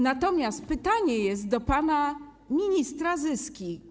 Natomiast pytanie jest do pana ministra Zyski.